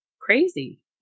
crazy